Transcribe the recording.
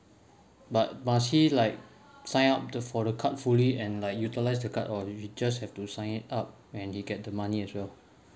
but must she like sign up the for the card fully and like utilize the card or you just have to sign up and you get the money as well